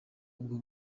ubwo